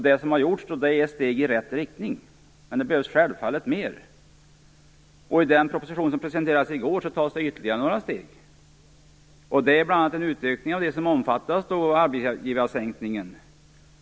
Det som har gjorts är ett steg i rätt riktning, men det krävs självfallet mer. I den proposition som presenterades i går tas ytterligare några steg, bl.a. en utökning av det som omfattas av sänkningen av arbetsgivaravgiften.